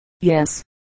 yes